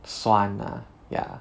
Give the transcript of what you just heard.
酸 ah ya